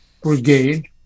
brigade